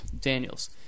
Daniels